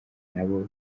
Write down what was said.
nabo